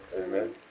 Amen